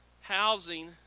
housing